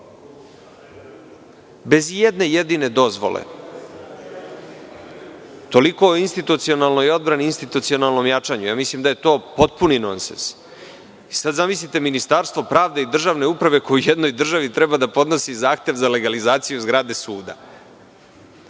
bez i jedne jedine dozvole. Toliko o institucionalnoj odbrani i institucionalnom jačanju. Ja mislim da je to potpuni nonsens. Zamislite sada Ministarstvo pravde i državne uprave koje jednoj državi treba da podnosi zahtev za legalizaciju zgrade suda.